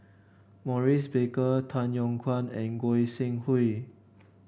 Maurice Baker Tay Yong Kwang and Goi Seng Hui